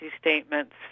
statements